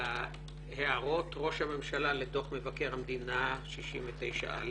בהערות ראש הממשלה לדוח מבקר המדינה 69א,